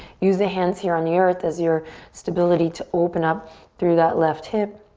use the hands here on the earth as your stability to open up through that left hip.